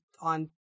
on